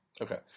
Okay